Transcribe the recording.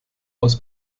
aus